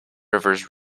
rivers